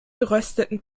gerösteten